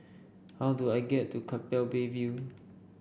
how do I get to Keppel Bay View